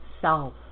self